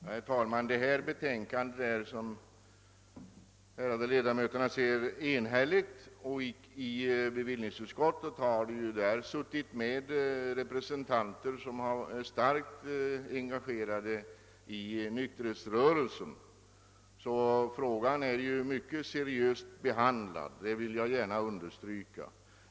Herr talman! Detta betänkande är, såsom de ärade ledamöterna ser, enhälligt. I bevillningsutskottet har det ändå suttit med ledamöter som är starkt engagerade i nykterhetsrörelsen. Jag vill understryka att frågan har behandlats mycket seriöst i utskottet.